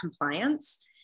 compliance